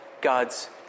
God's